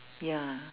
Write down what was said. ya